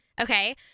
Okay